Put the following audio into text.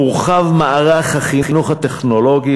מורחב מערך החינוך הטכנולוגי